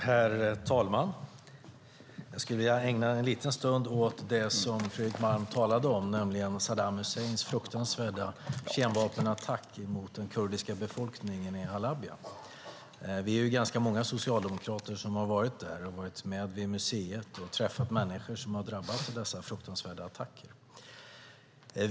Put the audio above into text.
Herr talman! Jag skulle vilja ägna en liten stund åt det som Fredrik Malm talade om, nämligen Saddam Husseins fruktansvärda kemvapenattack mot den kurdiska befolkningen i Halabja. Vi är många socialdemokrater som har varit där, besökt museet och träffat människor som har drabbats av dessa fruktansvärda attacker.